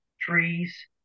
trees